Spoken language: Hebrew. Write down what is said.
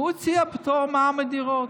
הוא הציע פטור ממע"מ על דירות.